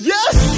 Yes